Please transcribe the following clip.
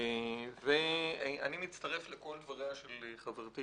אני מצטרף לכל דבריה של חברתי,